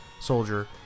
soldier